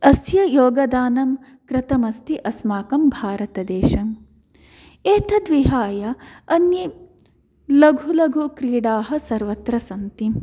अस्य योगदानं कृतम् अस्ति अस्माकं भारतदेशम् एतद्विहाय अन्ये लघु लघु क्रीडाः सर्वत्र सन्ति